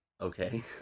Okay